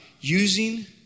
using